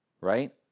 right